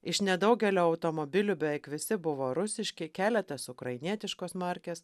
iš nedaugelio automobilių beveik visi buvo rusiški keletas ukrainietiškos markės